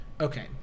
Okay